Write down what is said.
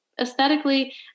aesthetically